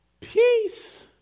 Peace